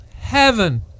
Heaven